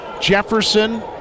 Jefferson